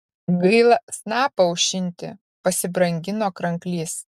gaila snapą aušinti pasibrangino kranklys